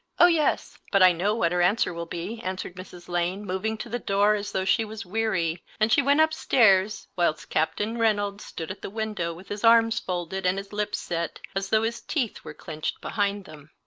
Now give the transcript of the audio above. oh yes but i know what her answer will be answered mrs. lane, moving to the door as though she was weary, and she went upstairs, whilst captain reynolds stood at the window, with his arms folded and his lips set, as though his teeth were clenched behind them.